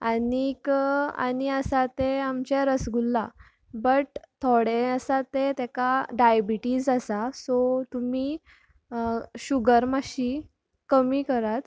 आनीक आनी आसा तें आमचे रसगुल्ला बट थोडे आसा तें ताका डायबीटीस आसा सो तुमी शुगर मातशी कमी करात